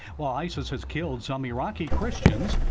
while isis has killed some iraqi christians,